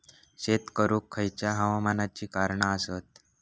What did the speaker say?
शेत करुक खयच्या हवामानाची कारणा आसत?